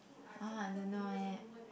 !huh! I don't know eh